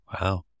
Wow